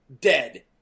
dead